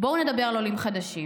בואו נדבר על עולים חדשים,